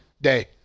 day